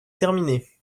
terminé